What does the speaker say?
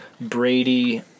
Brady